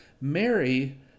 Mary